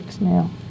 now